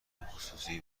خصوصی